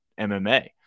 MMA